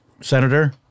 Senator